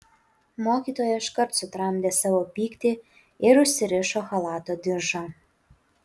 mokytoja iškart sutramdė savo pyktį ir užsirišo chalato diržą